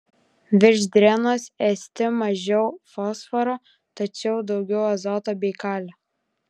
virš drenos esti mažiau fosforo tačiau daugiau azoto bei kalio